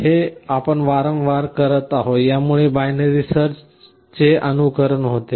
हे आपण वारंवार करत आहोत आणि यामुळे बायनरी सर्चचे अनुकरण होते